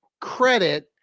credit